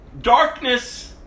Darkness